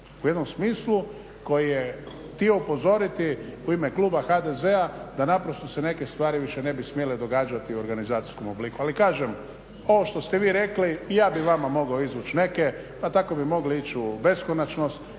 U jednom smislu koji je htio upozoriti u ime kluba HDZ-a da naprosto se neke stvari više ne bi smjele događati u organizacijskom obliku. Ali kažem ovo što ste vi rekli i ja bih vama mogao izvući neke pa tako bi mogli ići u beskonačnost.